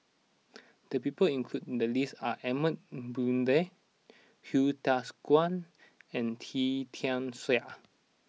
the people included in the list are Edmund Blundell Hsu Tse Kwang and Wee Tian Siak